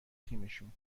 تیمشون